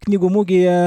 knygų mugėje